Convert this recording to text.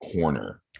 corner